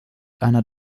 einer